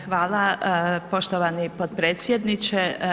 Hvala poštovani potpredsjedniče.